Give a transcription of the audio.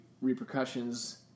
repercussions